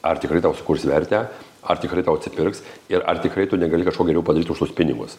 ar tikrai tau sukurs vertę ar tikrai tau atsipirks ir ar tikrai tu negali kažko geriau padaryt už tuos pinigus